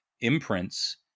imprints